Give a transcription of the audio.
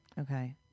Okay